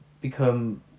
become